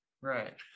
Right